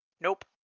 Nope